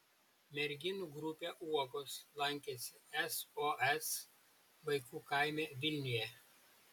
merginų grupė uogos lankėsi sos vaikų kaime vilniuje